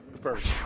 First